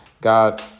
God